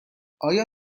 آیا